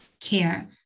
care